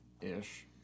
ish